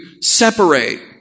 separate